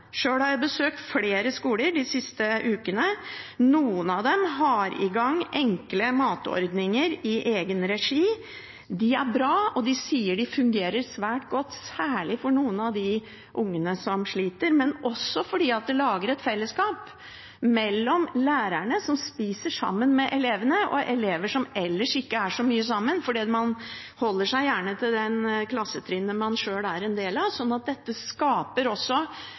Sjøl har jeg besøkt flere skoler de siste ukene. Noen av dem har i gang enkle matordninger i egen regi. De er bra, og de sier det fungerer svært godt – særlig for noen av barna som sliter. Men det lager også et fellesskap mellom lærerne, som spiser sammen med elevene, og mellom elever som ellers ikke er så mye sammen, for man holder seg gjerne til det klassetrinnet man sjøl er en del av. Dette skaper også